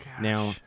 Now